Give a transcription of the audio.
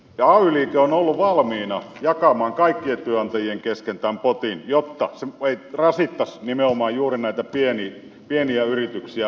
ay liike on ollut valmiina jakamaan kaikkien työnantajien kesken tämän potin jotta se ei rasittaisi nimenomaan pieniä yrityksiä mutta ei ole onnistunut